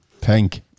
Pink